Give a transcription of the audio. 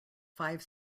five